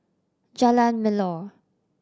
Jalan Melor